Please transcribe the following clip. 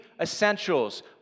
essentials